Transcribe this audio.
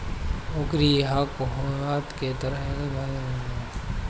ओकरी इहा कोहड़ा के तरकारी भात खिअवले रहलअ सअ